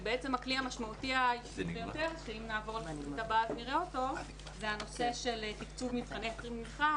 ובעצם הכלי המשמעותי ביותר זה הנושא של תקצוב מבחני תמיכה